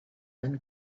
than